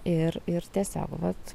ir ir tiesiog vat